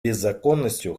безнаказанностью